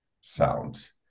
sound